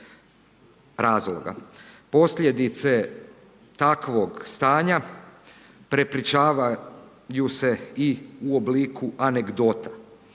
razloga. Posljedice takvog stanja prepričavaju se i u obliku anegdota.